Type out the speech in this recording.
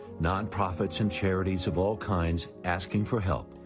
non-profits and charities of all kinds asking for help.